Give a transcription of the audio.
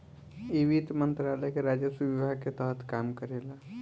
इ वित्त मंत्रालय के राजस्व विभाग के तहत काम करेला